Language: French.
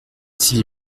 s’il